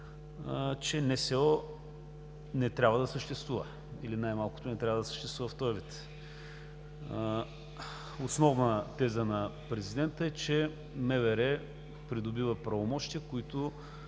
– НСО не трябва да съществува, или най-малкото не трябва да съществува в този ѝ вид. Основна теза на президента е, че МВР придобива правомощия,